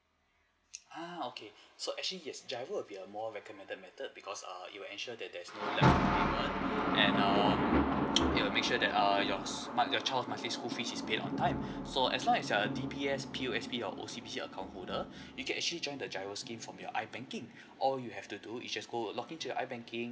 uh okay so actually yes giro would be a more recommended method because err it will ensure that there's no left payment and err it will make sure that err your your child monthly school fee is pay on time so as long as you're D_B_S P_O_S_B or O_C_B_C account holder you can actually join the giro scheme from your I banking all you have to do you just go login to your I banking